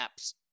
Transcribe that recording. apps